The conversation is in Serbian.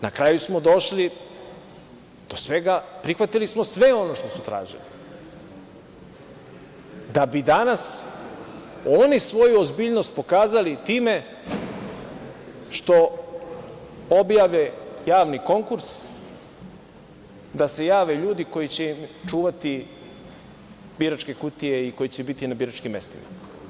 Na kraju smo došli do svega, prihvatili smo sve ono što su tražili, da bi danas oni svoju ozbiljnost pokazali time što objave javni konkurs da se jave ljudi koji će im čuvati biračke kutije i koji će biti na biračkim mestima.